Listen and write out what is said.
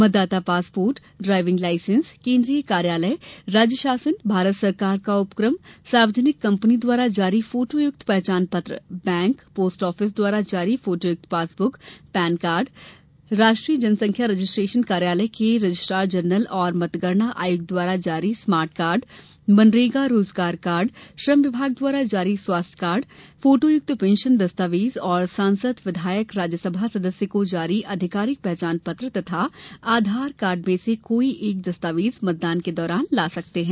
मतदाता passport driving licence केन्द्रीय कार्यालय राज्य शासन भारत सरकार का उपक्रम सार्वजनिक कम्पनी द्वारा जारी फोटोयुक्त पहचान पत्र बैंक पोस्ट ऑफिस द्वारा जारी फोटोयुक्त पासबुक पेन कार्ड राष्ट्रीय जनसंख्या रजिस्ट्रेशन कार्यालय के रजिस्ट्रार जनरल एवं जनगणना आयुक्त द्वारा जारी स्मार्ट कार्ड मनरेगा रोजगार कार्ड श्रम विभाग द्वारा जारी स्वास्थ्य कार्ड फोटोयुक्त पेंशन दस्तावेज एवं सांसद विधायक राज्यसभा सदस्य को जारी आधिकारिक पहचान पत्र तथा आधार कार्ड मे से कोई एक दस्तावेज मतदान के दौरान ला सकते हैं